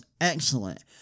excellent